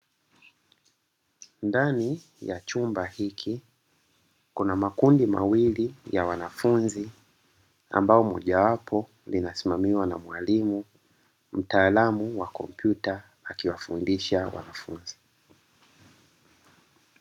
Ndani ya chumba hiki kuna makundi mawili ya wanafunzi, ambapo moja wapo linasimamiwa na mwalimu mtaalamu wa kompyuta, akiwafundisha wanafunzi.